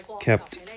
kept